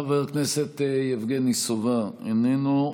חבר הכנסת יבגני סובה, איננו.